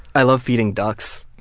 i love feeding ducks.